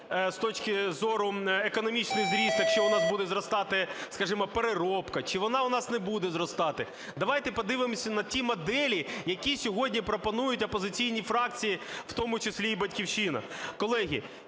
з точки зору…, економічний ріст, якщо у нас буде зростати, скажімо, переробка, чи вона у нас не буде зростати. Давайте подивимося на ті моделі, які сьогодні пропонують опозиційні фракції, в тому числі і "Батьківщина".